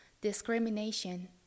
discrimination